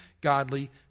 godly